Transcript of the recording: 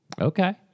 Okay